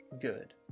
good